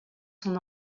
son